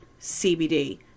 CBD